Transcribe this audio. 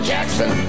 Jackson